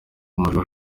amajwi